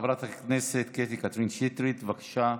חברת הכנסת קטי קטרין שטרית, בבקשה.